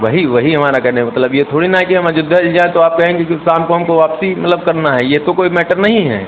वही वही हमारा कहने का मतलब ये थोड़ी ना है कि हम अयोध्या जी जाएँ तो आप कहेंगे फिर शाम को हमको वापसी मतलब करना है ये तो कोई मैटर नहीं है